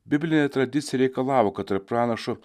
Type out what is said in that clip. biblinė tradicija reikalavo kad tarp pranašo